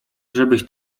żebyś